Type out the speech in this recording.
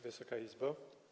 Wysoka Izbo!